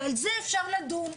ועל זה אפשר לדון.